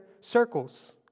circles